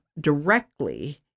directly